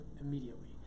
immediately